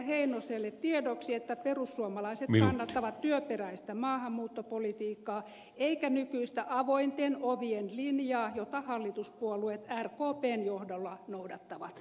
heinoselle tiedoksi että perussuomalaiset kannattavat työperäistä maahanmuuttopolitiikkaa eivätkä nykyistä avointen ovien linjaa jota hallituspuolueet rkpn johdolla noudattavat